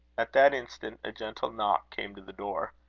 at that instant, a gentle knock came to the door.